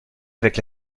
avec